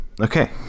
okay